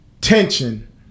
tension